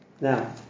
Now